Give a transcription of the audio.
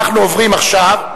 אנחנו עוברים עכשיו,